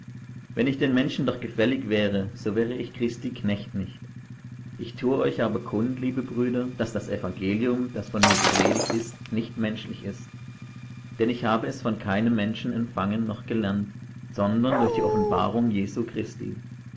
wenn ich den menschen noch gefällig wäre so wäre ich christi knecht nicht ich tue euch aber kund liebe brüder daß das evangelium das von mir gepredigt ist nicht menschlich ist denn ich habe es von keinem menschen empfangen noch gelernt sondern durch die offenbarung jesu christi